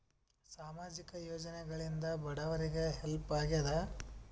ಸಾಮಾಜಿಕ ಯೋಜನೆಗಳಿಂದ ಬಡವರಿಗೆ ಹೆಲ್ಪ್ ಆಗ್ಯಾದ?